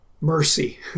mercy